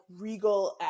regal